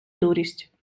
дурість